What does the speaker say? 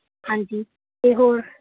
ਹਾਂਜੀ ਅਤੇ ਹੋਰ